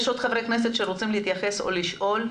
יש עוד חברי כנסת שרוצים לדבר או לשאול?